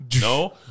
no